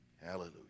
Hallelujah